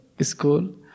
school